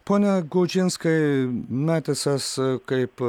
pone gudžinskai metisas kaip